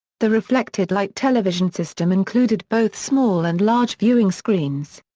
the reflected-light television system included both small and large viewing screens.